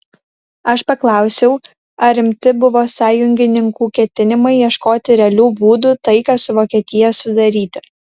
aš paklausiau ar rimti buvo sąjungininkų ketinimai ieškoti realių būdų taiką su vokietija sudaryti